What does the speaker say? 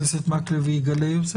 אני לא אהיה פה, אני בדיון אחר.